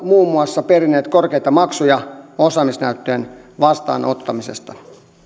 muun muassa perineet korkeita maksuja osaamisnäyttöjen vastaanottamisesta